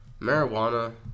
marijuana